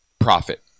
profit